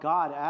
God